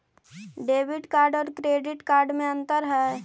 Debit card और credit card में अन्तर है?